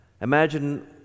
imagine